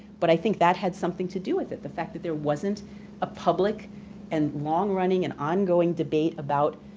but i think that had something to do with it, the fact that there wasn't a public and long running and ongoing debate about